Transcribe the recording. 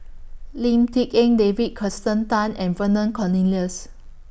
Lim Tik En David Kirsten Tan and Vernon Cornelius